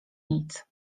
nic